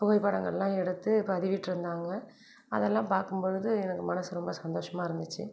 புகைப்படங்கள்லாம் எடுத்து பதிவிட்டுருந்தாங்க அதெலாம் பார்க்கும் பொழுது எனக்கு மனது ரொம்ப சந்தோஷமாருந்துச்சு